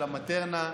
של המטרנה,